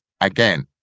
again